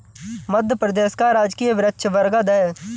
मध्य प्रदेश का राजकीय वृक्ष बरगद है